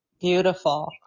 beautiful